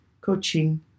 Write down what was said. coaching